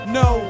no